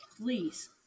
please